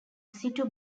situ